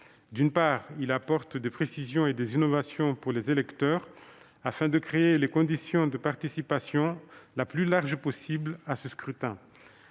D'une part, il apporte des précisions et des innovations pour les électeurs afin de créer les conditions de participation la plus large possible à ce scrutin.